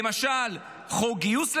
למשל חוק גיוס לכולם,